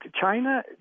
China